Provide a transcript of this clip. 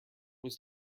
was